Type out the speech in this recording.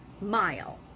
mile